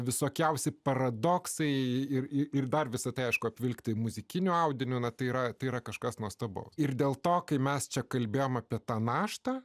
visokiausi paradoksai ir ir dar visa tai aišku apvilkti muzikiniu audiniu natūra yra kažkas nuostabu ir dėl to kai mes čia kalbėjome apie tą naštą